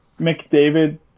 McDavid